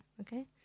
okay